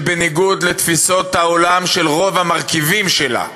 בניגוד לתפיסות העולם של רוב המרכיבים שלה.